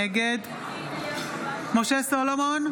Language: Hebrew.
נגד משה סולומון,